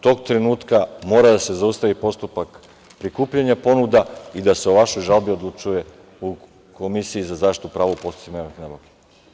Tog trenutka mora da se zaustavi postupak prikupljanja ponuda i da se o vašoj žalbi odlučuje u Komisiji za zaštitu prava u postupcima javnih nabavki.